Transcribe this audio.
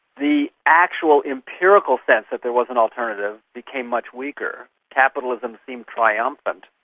the actual empirical sense that there was an alternative became much weaker. capitalism seemed triumphant,